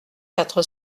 quatre